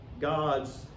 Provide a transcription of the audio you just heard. God's